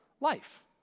life